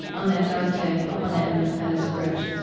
on that dark day on the edmund pettus bridge,